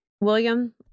William